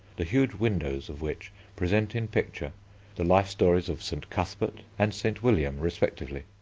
the huge windows of which present in picture the life stories of st. cuthbert and st. william respectively.